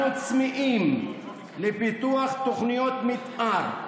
אנחנו צמאים לפיתוח תוכניות מתאר,